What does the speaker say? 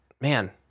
Man